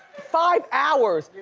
five hours,